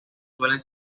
suelen